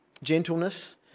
gentleness